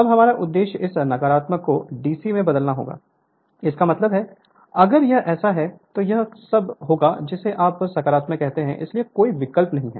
अब हमारा उद्देश्य इस नकारात्मक को डीसी में बदलना होगा इसका मतलब है अगर यह ऐसा है तो यह सब होगा जिसे आप सकारात्मक कहते हैं इसलिए कोई विकल्प नहीं है